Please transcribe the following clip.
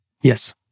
Yes